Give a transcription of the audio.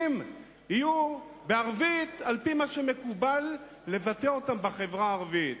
יהיו בערבית כפי שמקובל לבטא אותם בחברה הערבית.